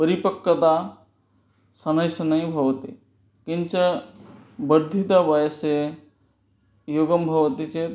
परिपक्वता शनैः शनैः भवति किञ्च वर्धितवयसि योगः भवति चेत्